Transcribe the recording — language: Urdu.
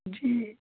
جی